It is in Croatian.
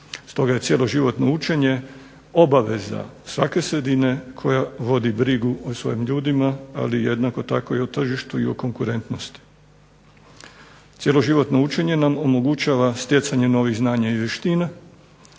stoga je cjeloživotno učenje obaveza svake sredine koja vodi brigu o svojim ljudima ali jednako tako o tržištu i konkurentnosti. Cjeloživotno učenje nam omogućava stjecanje novih znanja i vještina